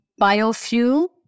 biofuel